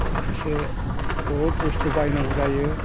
माखासे बहुद बुस्थु बायनांगौ जायो